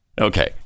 Okay